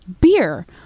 beer